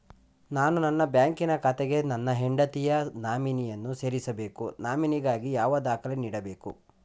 ನಾನು ನನ್ನ ಬ್ಯಾಂಕಿನ ಖಾತೆಗೆ ನನ್ನ ಹೆಂಡತಿಯ ನಾಮಿನಿಯನ್ನು ಸೇರಿಸಬೇಕು ನಾಮಿನಿಗಾಗಿ ಯಾವ ದಾಖಲೆ ನೀಡಬೇಕು?